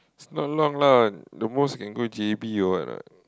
along lah the most you can go J_B or what ah